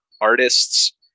artists